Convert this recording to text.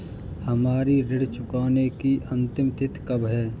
हमारी ऋण चुकाने की अंतिम तिथि कब है?